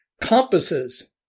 Compasses